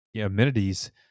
amenities